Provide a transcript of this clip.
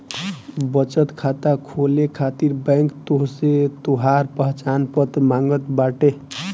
बचत खाता खोले खातिर बैंक तोहसे तोहार पहचान पत्र मांगत बाटे